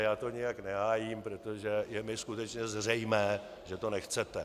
Já to nijak nehájím, protože je mi skutečně zřejmé, že to nechcete.